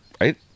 Right